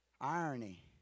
Irony